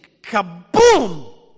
kaboom